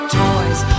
toys